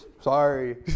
sorry